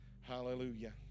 hallelujah